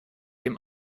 dem